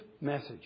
message